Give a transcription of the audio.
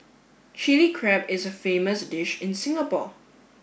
Chill Crab is a famous dish in Singapore